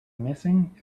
missing